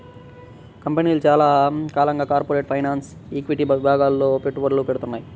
కంపెనీలు చాలా కాలంగా కార్పొరేట్ ఫైనాన్స్, ఈక్విటీ విభాగాల్లో పెట్టుబడులు పెడ్తున్నాయి